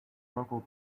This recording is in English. local